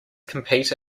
compete